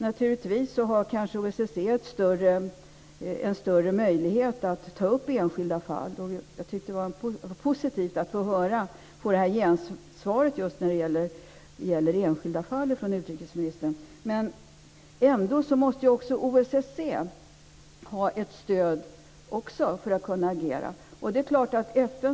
Naturligtvis har OSSE en större möjlighet att ta upp enskilda fall. Jag tycker att det var positivt att få det gensvaret från utrikesministern när det gäller enskilda fall. Ändå måste också OSSE ha ett stöd för att kunna agera.